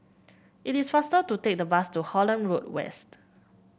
it is faster to take the bus to Holland Road West